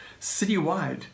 citywide